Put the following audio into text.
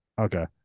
Okay